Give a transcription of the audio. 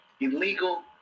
illegal